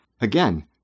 Again